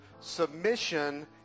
submission